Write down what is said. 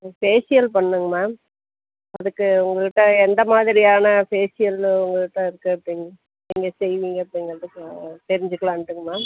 facial பண்ணுங்கள் ma'am அதுக்கு உங்கள்கிட்ட எந்த மாதிரியான ஃபேஷியலு உங்கள்கிட்ட இருக்கு அப்படின்னு நீங்கள் செய்வீங்க அப்படிங்கறது தெரிஞ்சிக்கலான்ட்டுங்க மேம்